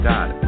God